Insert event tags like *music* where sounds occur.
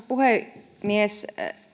*unintelligible* puhemies